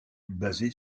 basée